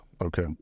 okay